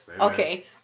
Okay